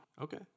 Okay